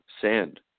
sand